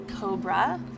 Cobra